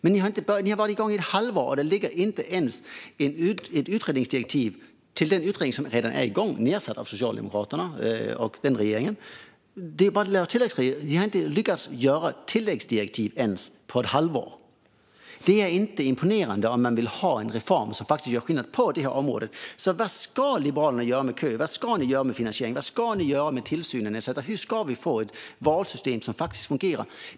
Men ni har varit igång i ett halvår, och det ligger inte ens ett utredningsdirektiv till den utredning som redan är igång, tillsatt av Socialdemokraterna och den regeringen. Det är bara att lägga ett tilläggsdirektiv, men inte ens det har ni lyckats göra på ett halvår. Det är inte imponerande om ni vill ha en reform som faktiskt gör skillnad på det här området. Vad ska Liberalerna göra med kön? Vad ska ni göra med finansieringen? Vad ska ni göra med tillsynen etcetera? Hur ska vi få till ett valsystem som faktiskt fungerar?